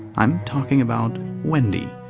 i'm talking about wendy.